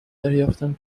دریافتم